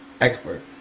expert